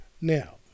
Now